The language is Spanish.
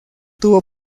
tuvo